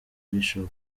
bishop